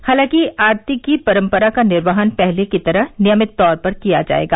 हालांकि आरती की परंपरा का निर्वहन पहले की तरह नियमित तौर पर किया जाएगा